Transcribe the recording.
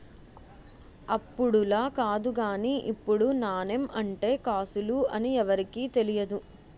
అప్పుడులా కాదు గానీ ఇప్పుడు నాణెం అంటే కాసులు అని ఎవరికీ తెలియదు